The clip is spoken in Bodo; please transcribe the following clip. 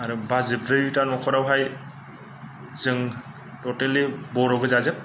आरो बाजिब्रैथा न'खरावहाय जों टटेलि बर'गोजाजोब